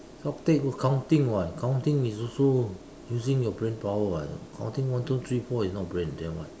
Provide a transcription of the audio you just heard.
stock take got counting [what] counting is also using your brain power [what] counting one two three four is not brain then what